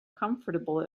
comfortable